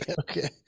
Okay